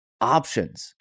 options